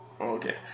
Okay